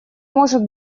может